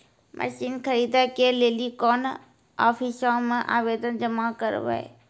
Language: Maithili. मसीन खरीदै के लेली कोन आफिसों मे आवेदन जमा करवै?